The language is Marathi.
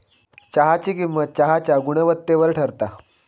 चहाची किंमत चहाच्या गुणवत्तेवर ठरता